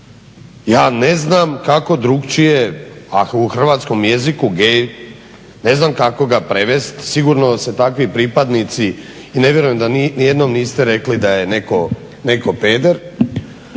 Ja ne znam kako drukčije ako u hrvatskom jeziku gay, ne znam kako ga prevest, sigurno se takvi pripadnici i ne vjerujem da nijednom niste rekli da je netko peder,